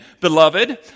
Beloved